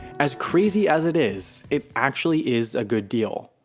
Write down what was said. as crazy as it is, it actually is a good deal,